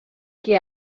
que